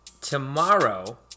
Tomorrow